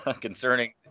concerning